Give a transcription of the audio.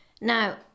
Now